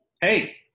hey